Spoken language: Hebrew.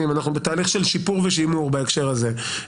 אנחנו בתהליך של שיפור ושימור בהקשר הזה.